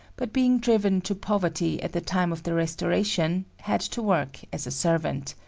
but being driven to poverty at the time of the restoration, had to work as a servant.